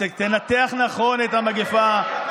תנתח נכון את המגפה,